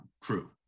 crew